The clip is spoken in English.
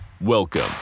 Welcome